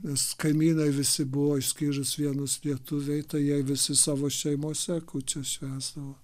nes kaimynai visi buvo išskyrus vienus lietuviai tai jie visi savo šeimose kūčias švęsdavo